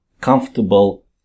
comfortable